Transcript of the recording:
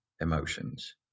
emotions